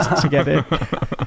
together